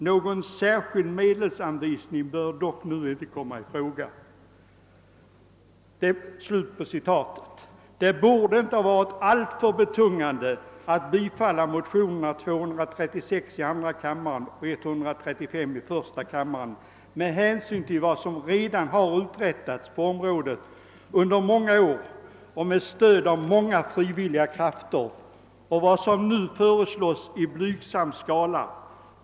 —— Någon särskild medelsanvisning bör dock nu inte komma i fråga.» Det borde inte ha varit alltför betungande för utskottet att tillstyrka motionerna I: 135 och II: 236 med hänsyn till vad som redan har uträttats på området under många år och med stöd av frivilliga krafter och med hänsyn till vad som nu föreslås i blygsam skala.